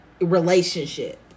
relationship